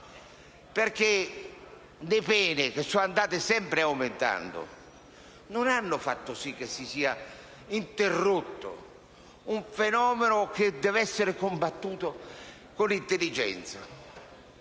le pene, che sono andate sempre aumentando, non hanno fatto sì che si sia interrotto un fenomeno che deve essere combattuto con l'intelligenza